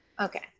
okay